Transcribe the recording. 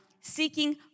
Seeking